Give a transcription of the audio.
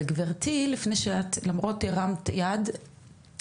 אבל גברתי לפני שאת ולמרות שהרמת יד,